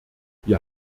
wir